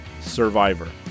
Survivor